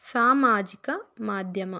ಸಾಮಾಜಿಕ ಮಾಧ್ಯಮ